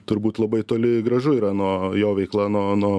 turbūt labai toli gražu yra nuo jo veikla nuo nuo